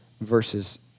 versus